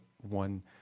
one